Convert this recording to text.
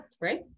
right